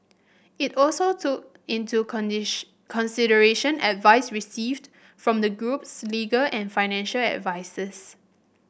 it also took into consideration advice received from the group's legal and financial advisers